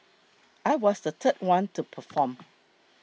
I was the third one to perform